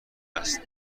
است